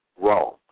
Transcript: wrong